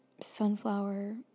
sunflower